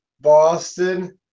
Boston